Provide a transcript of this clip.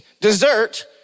dessert